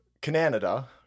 canada